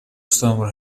уставом